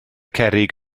cerrig